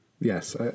Yes